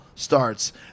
starts